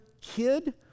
kid